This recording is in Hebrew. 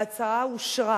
ההצעה אושרה.